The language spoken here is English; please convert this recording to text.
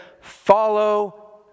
follow